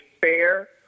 fair